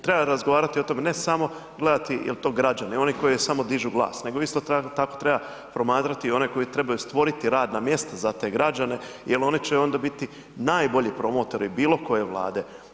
Treba razgovarati o tome, ne samo gledati jel to građani, oni koji samo dižu glas, nego isto tako treba promatrati i one koji trebaju stvoriti radna mjesta za te građani jel oni će onda biti najbolji promotori bilo koje Vlade.